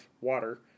water